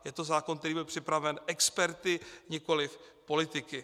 Je to zákon, který byl připraven experty, nikoli politiky.